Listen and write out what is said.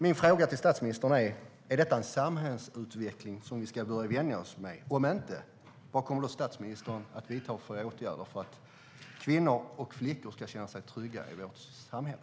Min fråga till statsministern är: Är detta en samhällsutveckling som vi ska börja vänja oss vid? Om inte: Vad kommer statsministern att vidta för åtgärder för att kvinnor och flickor ska känna sig trygga i vårt samhälle?